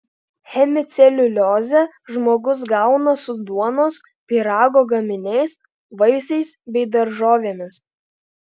hemiceliuliozę žmogus gauna su duonos pyrago gaminiais vaisiais bei daržovėmis